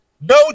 no